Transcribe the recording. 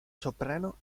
soprano